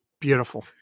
Beautiful